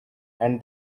and